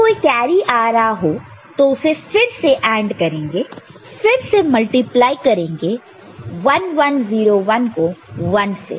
यदि कोई कैरी आ रहा हो तो उसे फिर से AND करेंगे फिर से मल्टीप्लाई करेंगे 1 1 0 1 को 1 से